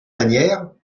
manière